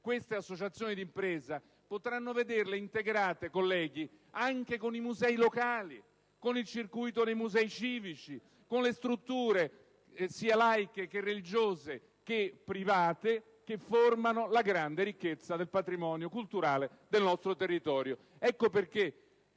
queste associazioni di impresa, potranno vederle integrate con i musei locali, con il circuito dei musei civici e con tutte quelle strutture (laiche, religiose e private) che formano la grande ricchezza del patrimonio culturale del nostro territorio. Ecco perché